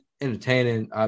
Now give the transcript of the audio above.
entertaining